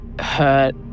hurt